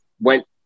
went